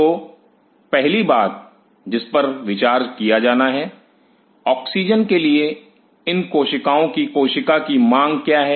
तो पहली बात जिस पर विचार किया जाना है ऑक्सीजन के लिए इन कोशिकाओं की कोशिका की मांग क्या है